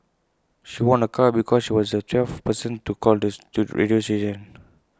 she won A car because she was the twelfth person to call this the radio station